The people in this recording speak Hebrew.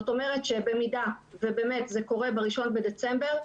במידה ובאמת זה קורה ב-1 בדצמבר,